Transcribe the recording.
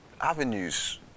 avenues